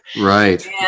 Right